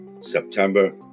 September